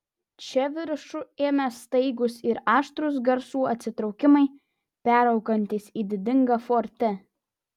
čia viršų ėmė staigūs ir aštrūs garsų atsitraukimai peraugantys į didingą forte